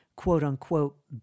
quote-unquote